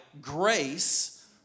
grace